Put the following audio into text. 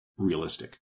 Realistic